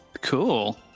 cool